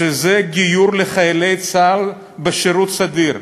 שזה גיור לחיילי צה"ל בשירות סדיר.